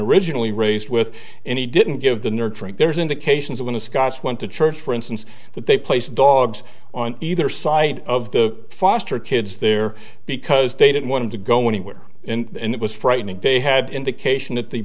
originally raised with and he didn't give the nurturing there's indications of when to scott's went to church for instance that they placed dogs on either side of the foster kids there because they didn't want to go anywhere and it was frightening they had indication that the